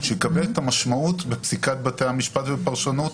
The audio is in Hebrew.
שיקבל את המשמעות בפסיקת בתי המשפט ופרשנות,